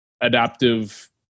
adaptive